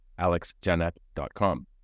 alexjanet.com